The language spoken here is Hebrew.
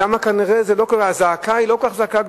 שם כנראה הזעקה לא כל כך גדולה.